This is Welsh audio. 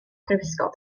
brifysgol